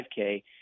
5K